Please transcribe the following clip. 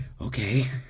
Okay